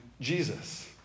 Jesus